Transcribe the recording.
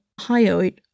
hyoid